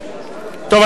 טוב.